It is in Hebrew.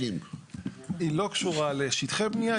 היא לא קשורה לשטחי בנייה,